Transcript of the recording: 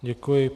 Děkuji.